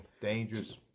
Dangerous